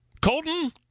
Colton